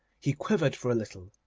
he quivered for a little,